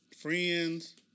friends